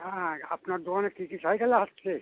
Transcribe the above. হ্যাঁ আপনার দোকানে কী কী সাইকেল আসছে